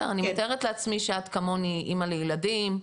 אני מתארת לעצמי שאת כמוני אמא לילדים,